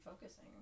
focusing